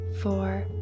four